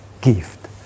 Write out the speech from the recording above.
gift